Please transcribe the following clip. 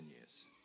years